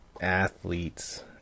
athletes